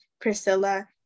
priscilla